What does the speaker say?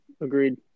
Agreed